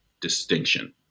distinction